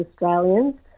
Australians